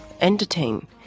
entertain